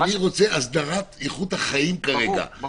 אני רוצה הסדרת איכות החיים ולא